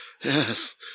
yes